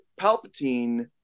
Palpatine